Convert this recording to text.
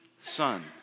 son